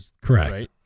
Correct